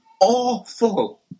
awful